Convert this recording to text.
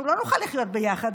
אנחנו לא נוכל לחיות ביחד,